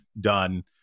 done